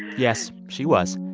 yes, she was.